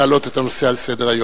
להעלות את הנושא על סדר-היום.